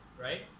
right